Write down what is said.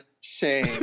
shame